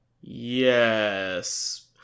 Yes